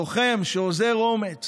לוחם שאוזר אומץ